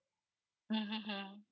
mmhmm hmm